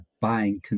buying